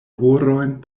horojn